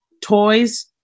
toys